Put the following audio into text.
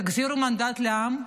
תחזירו את המנדט לעם,